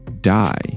die